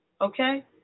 Okay